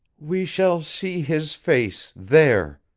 we shall see his face there,